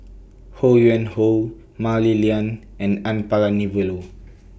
Ho Yuen Hoe Mah Li Lian and N Palanivelu